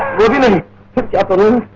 will come in the afternoon,